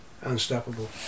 unstoppable